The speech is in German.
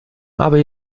aber